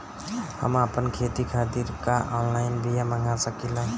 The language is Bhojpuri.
हम आपन खेती खातिर का ऑनलाइन बिया मँगा सकिला?